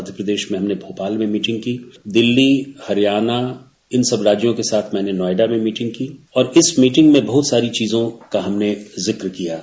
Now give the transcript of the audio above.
मध्य प्रदेश में हमने भोल में मीटिंग की है दिल्ली हरियाणा इन सब राज्यों के साथ मैने नोएडा में मीटिंग की है और इस मीटिंग में हमने बहुत सारी चीजों का हमने जिक्र किया है